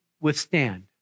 withstand